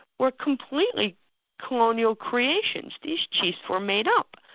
were completely colonial creations. these chiefs were made up,